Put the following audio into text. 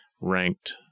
ranked